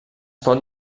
pot